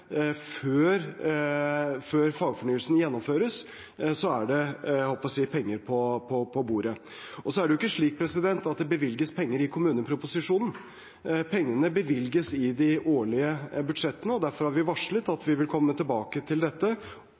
før fagfornyelsen gjennomføres, er penger på bordet. Så er det ikke slik at det bevilges penger i kommuneproposisjonen. Pengene bevilges i de årlige budsjettene. Derfor har vi varslet at vi vil komme tilbake til dette